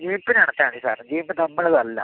ജീപ്പിനാണ് charge സാറെ jeep നമ്മളുടേത് അല്ല